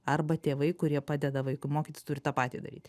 arba tėvai kurie padeda vaikui mokytis turi tą patį daryt